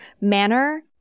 manner